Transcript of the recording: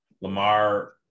Lamar